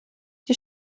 die